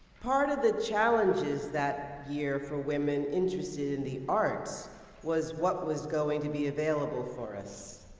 part of the challenges that year for women interested in the arts was what was going to be available for us.